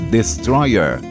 Destroyer